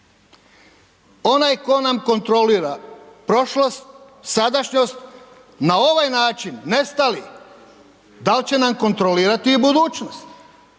Onaj tko nam kontrolira prošlost, sadašnjost, na ovaj način nestali, dal će nam kontrolirati i budućnost?